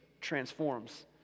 transforms